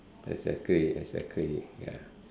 exactly exactly ya